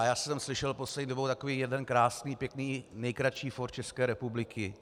Já jsem slyšel poslední dobou takový jeden krásný pěkný nejkratší fór České republiky.